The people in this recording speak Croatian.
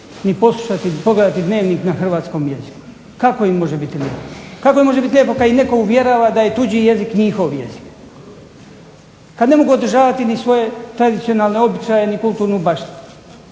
ni poslušati, pogledati Dnevnik na hrvatskom jeziku. Kako im može biti lijepo? Kako im može biti lijepo kad ih netko uvjerava da je tuđi jezik njihov jezik? Kad ne mogu održavati ni svoje tradicionalne običaje, ni kulturnu baštinu?